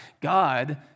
God